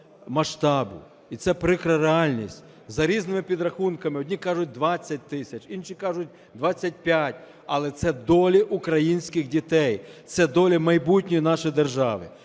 масштабу, і це прикра реальність. За різними підрахунками, одні кажуть – 20 тисяч, інші кажуть – 25, але це долі українських дійтей, це долі майбутньої нашої держави.